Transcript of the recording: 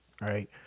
right